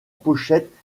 pochette